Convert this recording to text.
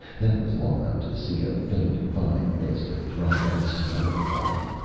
that was long enough to see a faint, fine mist of dry ice snow falling.